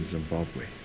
Zimbabwe